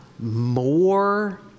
more